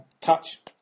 touch